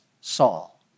Saul